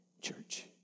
church